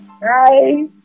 Bye